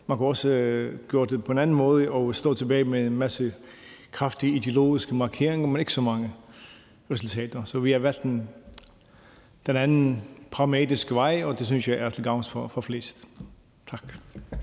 Man kunne også gøre det på en anden måde og stå tilbage med en masse kraftige ideologiske markeringer, men ikke så mange resultater. Så vi har valgt en anden og mere pragmatisk vej, og det synes jeg er til gavn for flest. Tak.